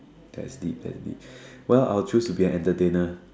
that's deep that's deep well I'll chose to be an entertainer